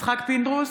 יצחק פינדרוס,